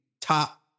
top